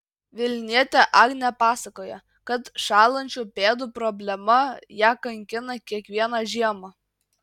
vilnietė agnė pasakoja kad šąlančių pėdų problema ją kankina kiekvieną žiemą